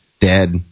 Dead